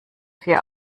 vier